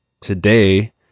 today